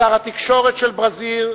שר התקשורת של ברזיל,